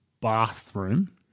bathroom